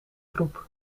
groep